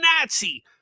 Nazi